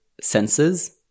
senses